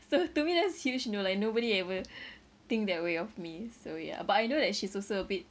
so to me that's huge you know like nobody ever think that way of me so yeah but I know that she's also a bit